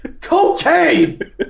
Cocaine